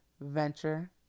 venture